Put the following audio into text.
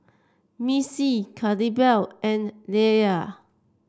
Missy Claribel and Leila